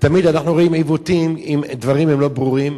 תמיד אנחנו רואים עיוותים אם דברים הם לא ברורים.